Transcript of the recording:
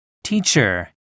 Teacher